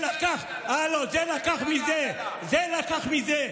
הלו, זה לקח מזה, זה לקח מזה.